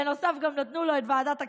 ובנוסף גם נתנו לו את ועדת הכספים.